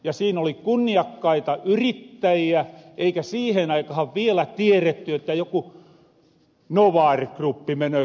siin oli kunniakkaita yrittäjiä eikä siihen aikahan vielä tieretty että joku nova gruppi menöö konkurssiin